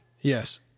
Yes